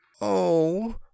Oh